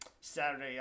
Saturday